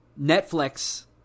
Netflix –